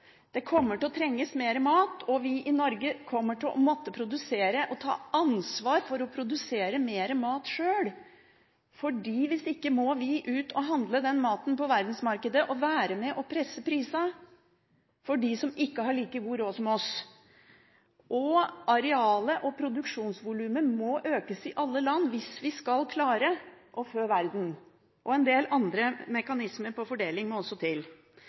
Det kommer til å trengs mer mat, og vi i Norge kommer til å måtte ta ansvar for å produsere mer mat sjøl. Hvis ikke må vi ut og handle den maten på verdensmarkedet og være med og presse prisene for dem som ikke har like god råd som oss. Arealet og produksjonsvolumet må økes i alle land hvis vi skal klare å fø verden. En del andre fordelingsmekanismer må også til.